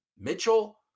Mitchell